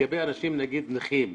לגבי אנשים נכים למשל,